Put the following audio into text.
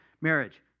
marriage